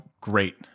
great